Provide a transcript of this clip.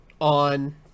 on